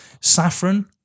Saffron